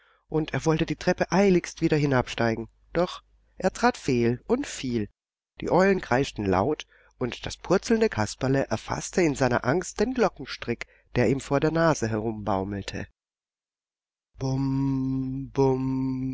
und er wollte die treppe eiligst wieder hinabsteigen doch er trat fehl und fiel die eulen kreischten laut und das purzelnde kasperle erfaßte in seiner angst den glockenstrick der ihm vor der nase